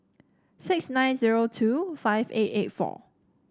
six nine zero two five eight eight four